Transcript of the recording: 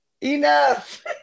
Enough